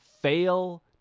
fail